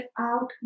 out